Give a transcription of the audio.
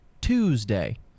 Tuesday